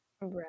Right